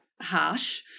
harsh